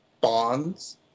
bonds